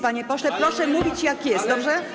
Panie pośle, proszę mówić, jak jest, dobrze?